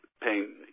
paying